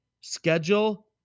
schedule